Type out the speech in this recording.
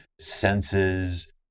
senses